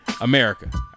America